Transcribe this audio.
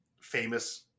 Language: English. famous